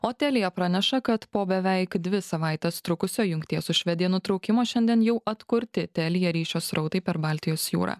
o telia praneša kad po beveik dvi savaites trukusio jungties su švedija nutraukimo šiandien jau atkurti telia ryšio srautai per baltijos jūrą